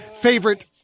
favorite